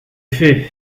fait